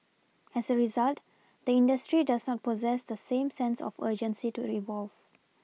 as a result the industry does not possess the same sense of urgency to evolve